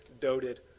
doted